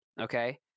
Okay